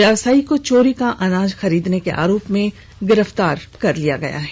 व्यवसायी को चोरी का अनाज खरीदनेवाले के आरोप में गिरफ्तार किया गया है